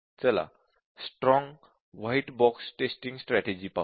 चला strong white box testing पाहू